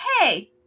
hey